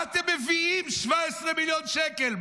מה אתם מביאים 17 מיליון שקל,